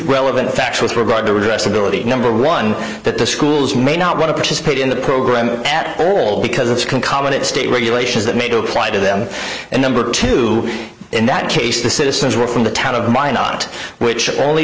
relevant facts with regard to regress ability number one that the schools may not want to participate in the program at all because it's concomitant state regulations that made apply to them and number two in that case the citizens were from the town of mind not which only